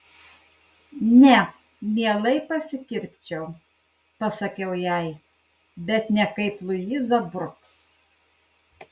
ne mielai pasikirpčiau pasakiau jai bet ne kaip luiza bruks